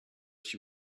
she